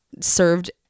served